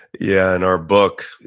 yeah and our book,